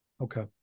Okay